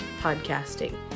podcasting